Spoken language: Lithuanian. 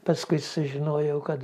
paskui sužinojau kad